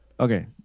Okay